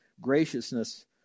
graciousness